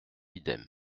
idem